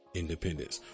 independence